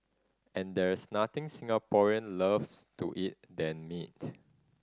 and there's nothing Singaporean loves to eat than meat